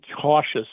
cautious